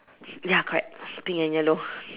ya correct pink and yellow